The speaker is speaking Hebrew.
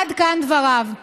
עד כאן דבריו.